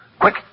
Quick